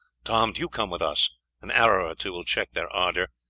tom, do you come with us an arrow or two will check their ardour,